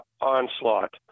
onslaught